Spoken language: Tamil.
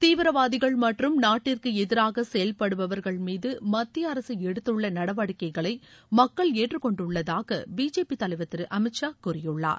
தீவிரவாதிகள் மற்றும் நாட்டிற்கு எதிராக செயல்படுபவர்கள் மீது மத்திய அரசு எடுத்துள்ள நடவடிக்கைகளை மக்கள் ஏற்றுக்கொண்டுள்ளதாக பிஜேபி தலைவர் திரு அமித்ஷா கூறியுள்ளார்